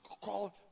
call